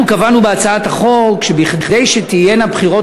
אנחנו קבענו בהצעת החוק שכדי שתהיינה בחירות